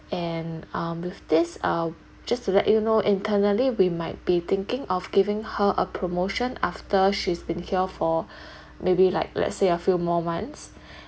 and um with this uh just to let you know internally we might be thinking of giving her a promotion after she's been here for maybe like let's say a few more months